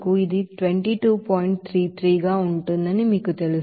33 గా ఉంటుందని మీకు తెలుసు